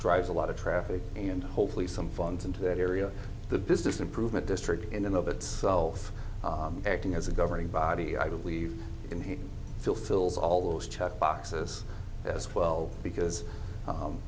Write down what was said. drives a lot of traffic and hopefully some funds into that area the business improvement district in and of itself acting as a governing body i believe in he still fills all those check boxes as well because